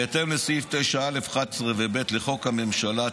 בהתאם לסעיף 9(א)(11) ו-9(ב) לחוק הממשלה,